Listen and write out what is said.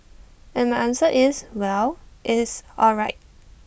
and my answer is well he's all right